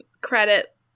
credit